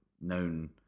known